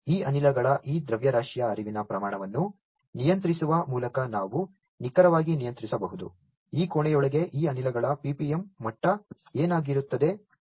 ಮತ್ತು ಈ ಅನಿಲಗಳ ಈ ದ್ರವ್ಯರಾಶಿಯ ಹರಿವಿನ ಪ್ರಮಾಣವನ್ನು ನಿಯಂತ್ರಿಸುವ ಮೂಲಕ ನಾವು ನಿಖರವಾಗಿ ನಿಯಂತ್ರಿಸಬಹುದು ಈ ಕೋಣೆಯೊಳಗೆ ಈ ಅನಿಲಗಳ PPM ಮಟ್ಟ ಏನಾಗಿರುತ್ತದೆ